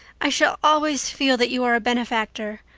i shall always feel that you are a benefactor.